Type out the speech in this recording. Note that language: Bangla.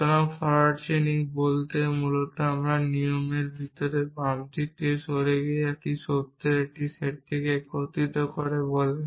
সুতরাং ফরোয়ার্ড চেইনিং বলতে মূলত একটি নিয়মের ভিতরে বাম দিক থেকে সরে গিয়ে সত্যের একটি সেটকে একত্রিত করা বলে